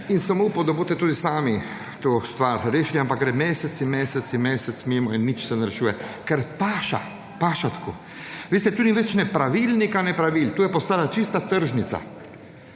In sem upal, da boste tudi sami to stvar rešili, ampak ker mesec in mesec in meseci je mimo in nič se ne rešuje, ker paše tako. Veste tudi več ne pravilnika ne pravil, to je postala čista tržnica.